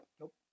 Nope